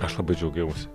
aš labai džiaugiausi